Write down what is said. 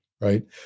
Right